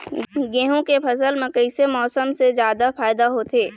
गेहूं के फसल म कइसे मौसम से फायदा होथे?